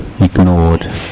ignored